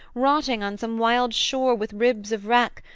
rotting on some wild shore with ribs of wreck,